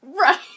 Right